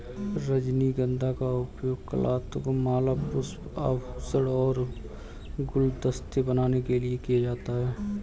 रजनीगंधा का उपयोग कलात्मक माला, पुष्प, आभूषण और गुलदस्ते बनाने के लिए किया जाता है